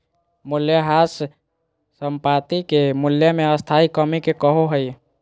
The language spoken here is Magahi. मूल्यह्रास संपाति के मूल्य मे स्थाई कमी के कहो हइ